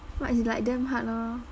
but it's like damn hard lor